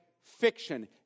fiction